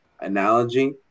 analogy